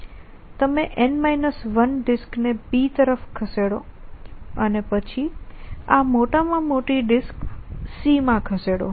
તમે N 1 disk ને B તરફ ખસેડો અને પછી આ મોટામાં મોટી ડિસ્ક C માં ખસેડો